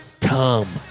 come